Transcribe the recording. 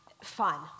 fun